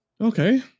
Okay